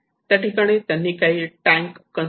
आणि त्या ठिकाणी काही टँक कन्स्ट्रक्ट करण्यात आल्या आहेत